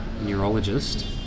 neurologist